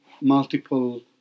multiple